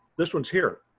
this one's here,